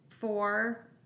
Four